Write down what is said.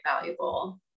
valuable